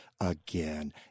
again